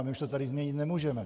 My už to tady změnit nemůžeme.